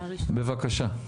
בבקשה.